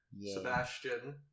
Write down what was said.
Sebastian